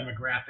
demographic